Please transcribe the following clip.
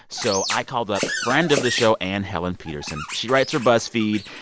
so i called up friend of the show, anne helen petersen. she writes for buzzfeed,